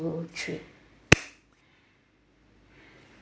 three